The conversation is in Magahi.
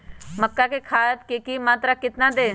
मक्का में खाद की मात्रा कितना दे?